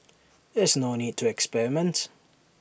there's no need to experiment